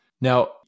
Now